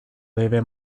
debe